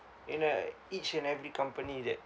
in a each and every company that